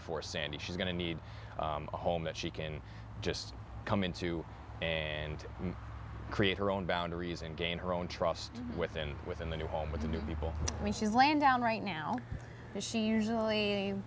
for sandy she's going to need a home that she can just come into and create her own boundaries and gay in her own trust within within the new home with the new people when she slammed down right now is she usually